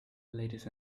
ladies